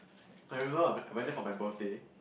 I remember I I went there for my birthday